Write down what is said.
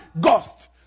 Ghost